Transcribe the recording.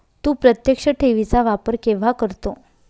तू प्रत्यक्ष ठेवी चा वापर केव्हा करतो?